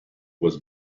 was